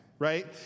right